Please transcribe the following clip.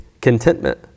contentment